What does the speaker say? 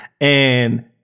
and-